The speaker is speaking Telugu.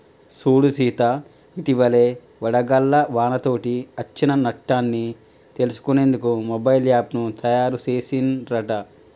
సూడు సీత ఇటివలే వడగళ్ల వానతోటి అచ్చిన నట్టన్ని తెలుసుకునేందుకు మొబైల్ యాప్ను తాయారు సెసిన్ రట